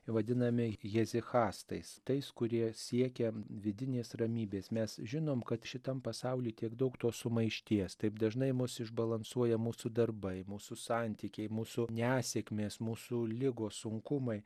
vadinami jezichastais tais kurie siekia vidinės ramybės mes žinom kad šitam pasauly tiek daug tos sumaišties taip dažnai mus išbalansuoja mūsų darbai mūsų santykiai mūsų nesėkmės mūsų ligos sunkumai